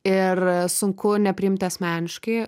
ir sunku nepriimti asmeniškai